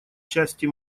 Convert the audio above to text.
части